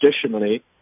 traditionally